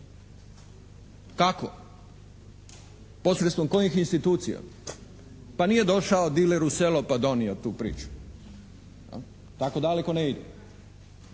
Kako? Posredstvom kojih institucija? Pa nije došao diler u selo pa donio tu priču. Tako daleko ne idu,